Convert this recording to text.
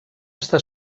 està